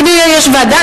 כי יגידו: יש ועדה,